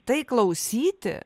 tai klausyti